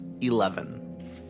Eleven